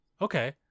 okay